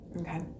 okay